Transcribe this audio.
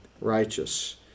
righteous